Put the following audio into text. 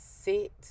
sit